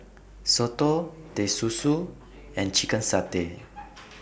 Soto Teh Susu and Chicken Satay